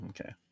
okay